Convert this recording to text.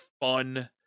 fun